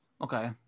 Okay